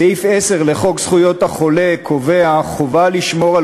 סעיף 10 לחוק זכויות החולה קובע חובה לשמור על